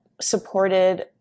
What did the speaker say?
supported